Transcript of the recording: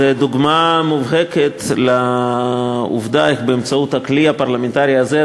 זאת דוגמה מובהקת לעובדה שבאמצעות הכלי הפרלמנטרי הזה,